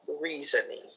reasoning